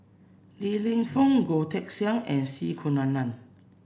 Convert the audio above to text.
Li Lienfung Goh Teck Sian and C Kunalan